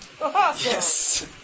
Yes